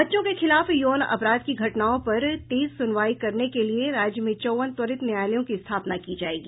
बच्चों के खिलाफ यौन अपराध की घटनाओं पर तेज सुनवाई करने के लिए राज्य में चौबन त्वरित न्यायालयों की स्थापना की जायेगी